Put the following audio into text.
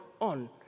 on